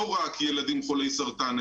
לא רק ילדים חולי סרטן,